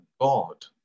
God